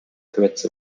threats